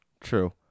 True